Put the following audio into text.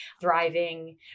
Thriving